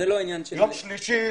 ביום שלישי,